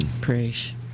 Praise